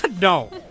No